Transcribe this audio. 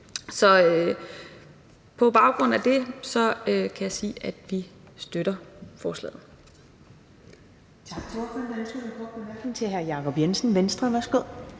på baggrund af det kan jeg sige, at vi støtter forslaget.